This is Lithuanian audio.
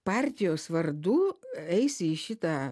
partijos vardu eisi į šitą